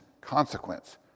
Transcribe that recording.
consequence